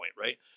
right